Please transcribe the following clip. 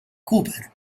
cooper